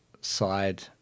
side